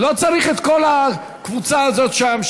לא צריך את כל הקבוצה הזאת שם,